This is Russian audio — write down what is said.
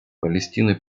палестина